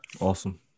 awesome